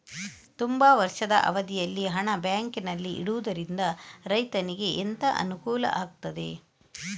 ತುಂಬಾ ವರ್ಷದ ಅವಧಿಯಲ್ಲಿ ಹಣ ಬ್ಯಾಂಕಿನಲ್ಲಿ ಇಡುವುದರಿಂದ ರೈತನಿಗೆ ಎಂತ ಅನುಕೂಲ ಆಗ್ತದೆ?